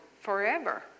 forever